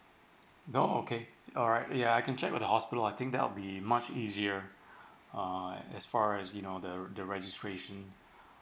oh okay alright ya I can check with the hospital I think that will be much easier uh as far as you know the the registration